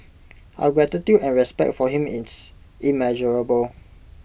our gratitude and respect for him is immeasurable